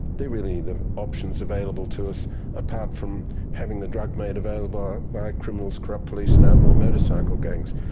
they're really the options available to us apart from having the drug made available by criminals, corrupt police and outlaw motorcycle gangs,